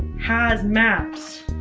has maps.